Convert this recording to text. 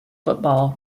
football